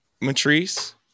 Matrice